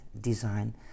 design